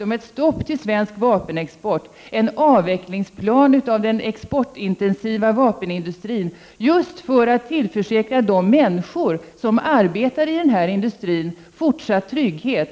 om ett stopp för svensk vapenexport. Vi föreslår en avvecklingsplan för den exportintensiva vapenindustrin för att tillförsäkra — Prot. 1989/90:27 de människor som arbetar i denna industri fortsatt trygghet.